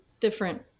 different